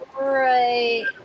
right